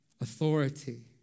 authority